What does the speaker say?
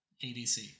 ADC